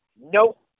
Nope